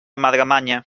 madremanya